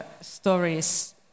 stories